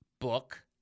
book